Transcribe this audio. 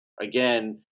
again